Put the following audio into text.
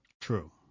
true